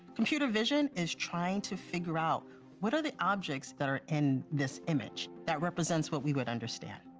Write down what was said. computer vision is trying to figure out what are the objects that are in this image that represents what we would understand.